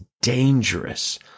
dangerous